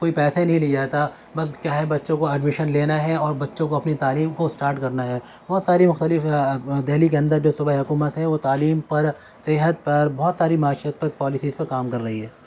کوئی پیسہ ہی نہیں لیا جاتا بس کیا ہے بچوں کو ایڈمیشن لینا ہے اور بچوں کو اپنی تعلیم کو اسٹارٹ کرنا ہے بہت ساری مختلف دہلی کے اندر جو صوبائی حکومت ہے وہ تعلیم پر صحت پر بہت ساری معیشت پر پالیسیز پر کام کر رہی ہے